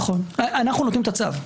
אנו נותנים את הצו.